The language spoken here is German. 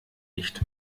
nicht